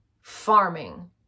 farming